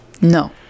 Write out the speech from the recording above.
no